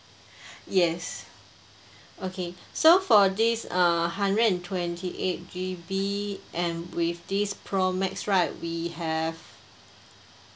yes okay so for this err hundred and twenty eight G_B and with this pro max right we have